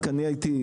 רק אני הייתי,